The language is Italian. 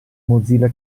mozilla